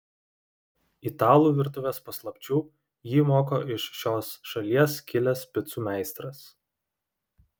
italų virtuvės paslapčių jį moko iš šios šalies kilęs picų meistras